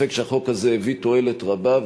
אין ספק שהחוק הזה הביא תועלת רבה,